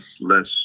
less